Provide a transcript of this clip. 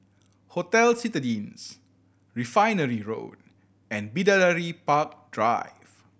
Hotel Citadines Refinery Road and Bidadari Park Drive